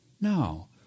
No